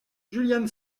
julian